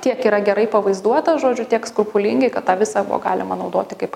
tiek yra gerai pavaizduota žodžiu tiek skrupulingai kad tą visą buvo galima naudoti kaip